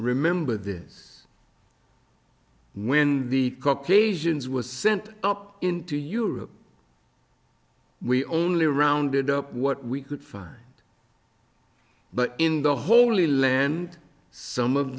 remember this when the caucasians were sent up into europe we only rounded up what we could find but in the holy land some of